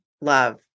love